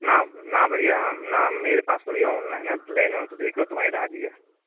ना ना भैया ना मेरे पास तो भैया ओनलाइन है लेना हो तो देखलो तुम्हें राह दी है